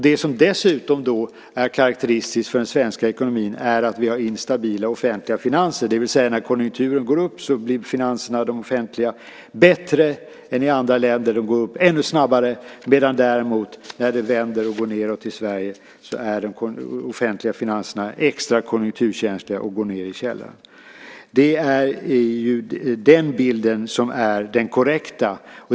Det som dessutom är karakteristiskt för den svenska ekonomin är att vi har instabila offentliga finanser, det vill säga att när konjunkturen går upp blir de offentliga finanserna bättre än i andra länder, medan när det däremot vänder och går nedåt i Sverige är de offentliga finanserna extra konjunkturkänsliga och går ned i källaren. Det är den bilden som är den korrekta.